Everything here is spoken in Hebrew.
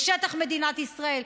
בשטח מדינת ישראל,